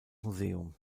museum